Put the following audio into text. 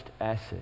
asset